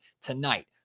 tonight